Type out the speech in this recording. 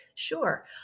Sure